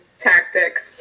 tactics